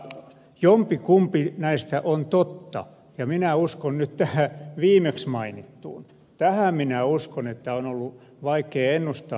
jompikumpi näistä on totta ja minä uskon nyt tähän viimeksi mainittuun tähän minä uskon että on ollut vaikea ennustaa